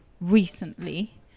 recently